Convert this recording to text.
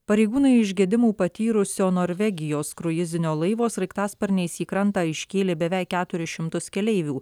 pareigūnai iš gedimų patyrusio norvegijos kruizinio laivo sraigtasparniais į krantą iškėlė beveik keturis šimtus keleivių